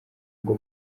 ngo